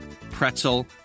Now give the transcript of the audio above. pretzel